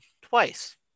twice